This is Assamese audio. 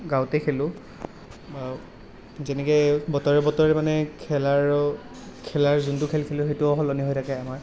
গাঁৱতেই খেলোঁ যেনেকৈ বতৰে বতৰে মানে খেলাৰো খেলাৰ যোনটো খেল খেলোঁ সেইটোও সলনি হৈ থাকে আমাৰ